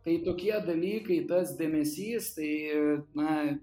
kai tokie dalykai tas dėmesys tai na